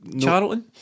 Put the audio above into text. charlton